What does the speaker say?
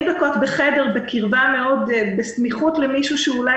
40 דקות בחדר בסמיכות למישהו שאולי